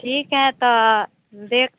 ठीक है तो देख